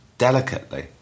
delicately